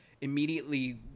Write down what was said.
immediately